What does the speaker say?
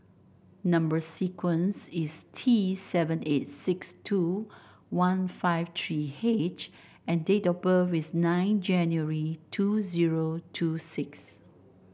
number sequence is T seven eight six two one five three H and date of birth is nine January two zero two six